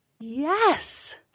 yes